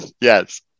Yes